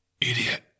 idiot